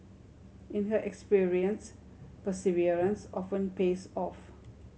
in her experience perseverance often pays off